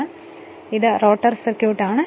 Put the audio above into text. ഇപ്പോൾ ഇത് rotor circuit ആണ്